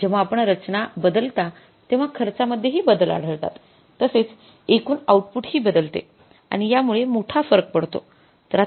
जेव्हा आपण रचना बदलता तेव्हा खर्चामध्ये हि बदल आढळतात तसेच एकूण आउटपुट हि बदलते आणि यामुळे मोठा फरक पडतो